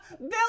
Bill